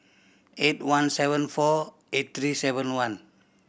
eight one seven four eight three seven one